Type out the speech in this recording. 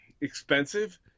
expensive